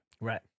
Right